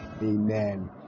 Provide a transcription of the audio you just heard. amen